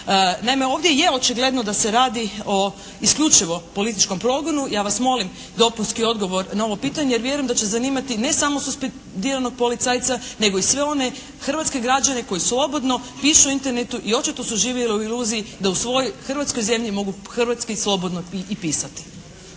Naime, ovdje je očigledno da se radi o isključivo političkom progonu. Ja vas molim dopunski odgovor na ovo pitanje, jer vjerujem da će zanimati ne samo suspendiranog policajca, nego i sve one hrvatske građane koji slobodno pišu na internetu i očito su živjele u iluziji da u svojoj Hrvatskoj zemlji mogu hrvatski slobodno i pisati.